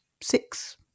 six